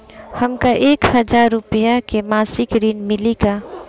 हमका एक हज़ार रूपया के मासिक ऋण मिली का?